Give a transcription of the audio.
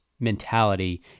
mentality